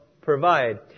provide